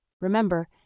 Remember